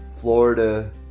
Florida